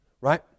right